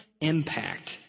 impact